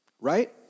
right